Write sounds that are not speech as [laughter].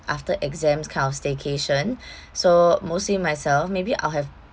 after exams kind of staycation [breath] so mostly myself maybe I'll have